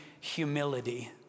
humility